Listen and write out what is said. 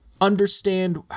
understand